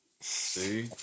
See